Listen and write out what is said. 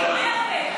אתם צריכים לעזור לו,